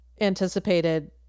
anticipated